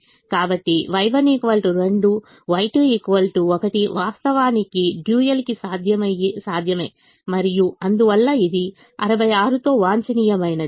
కాబట్టి Y1 2 Y2 1 వాస్తవానికి డ్యూయల్కి సాధ్యమే మరియు అందువల్ల ఇది 66 తో వాంఛనీయమైనది